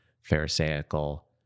pharisaical